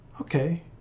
okay